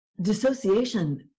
dissociation